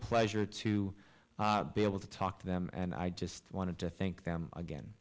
pleasure to be able to talk to them and i just wanted to think them again